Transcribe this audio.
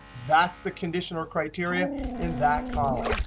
that's the condition or criteria in that column.